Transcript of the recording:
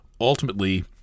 ultimately